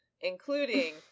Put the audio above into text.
including